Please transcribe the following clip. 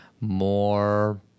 more